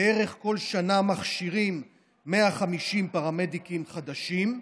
בערך בכל שנה מכשירים 150 פרמדיקים חדשים.